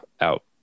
out